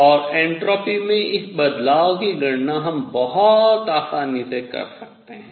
और एन्ट्रापी में इस बदलाव की गणना हम बहुत आसानी से कर सकते हैं